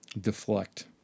deflect